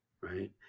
right